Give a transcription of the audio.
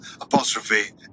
apostrophe